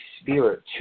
Spirit